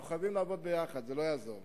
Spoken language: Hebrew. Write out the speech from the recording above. אנחנו חייבים לעבוד יחד, וזה לא יעזור.